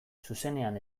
zuzenean